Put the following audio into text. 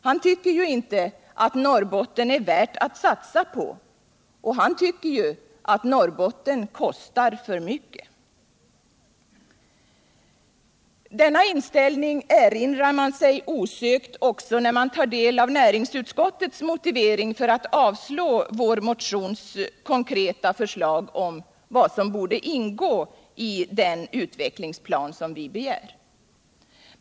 Han tycker ju inte att Norrbotten ”är värt att satsa på”, han tycker att Norrbotten ”kostar för mycket”. Denna inställning erinrar man sig osökt också när man tar del av näringsutskottets motivering för att avstyrka vår motions konkreta förslag om vad som borde ingå i den utvecklingsplan vi begär.